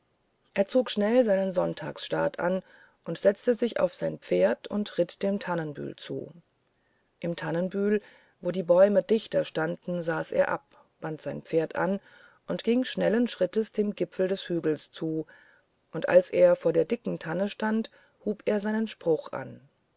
er zog schnell seinen sonntagsstaat an und setzte sich auf sein pferd und ritt dem tannenbühl zu im tannenbühl wo die bäume dichter standen saß er ab band sein pferd an und ging schnellen schrittes dem gipfel des hügels zu und als er vor der dicken tanne stand hub er seinen spruch an